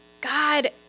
God